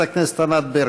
חברת הכנסת ענת ברקו.